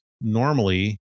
normally